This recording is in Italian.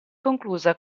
conclusa